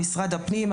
משרד הפנים,